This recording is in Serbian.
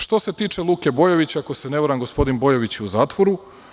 Što se tiče Luke Bojovića, ako se ne varam, gospodin Bojović je u zatvoru.